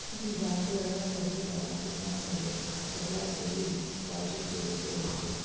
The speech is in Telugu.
గీ బాంకులల్ల సదువు రాకున్నాసరే సక్కగవోయి డిపాజిట్ జేసుకోవచ్చు